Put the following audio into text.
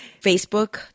Facebook